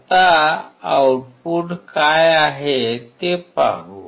आता आउटपुट काय आहे ते पाहू